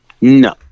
No